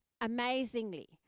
amazingly